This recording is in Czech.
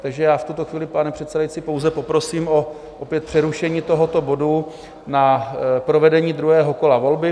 Takže já v tuto chvíli, pane předsedající, pouze poprosím opět o přerušení tohoto bodu na provedení druhého kola volby.